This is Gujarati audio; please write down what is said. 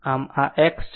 આમ આ x છે